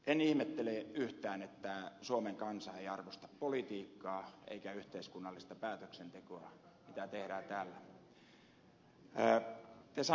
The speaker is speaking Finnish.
en ihmettele yhtään että suomen kansa ei arvosta politiikkaa eikä yhteiskunnallista päätöksentekoa mitä tehdään täällä